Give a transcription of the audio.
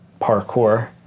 parkour